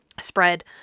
spread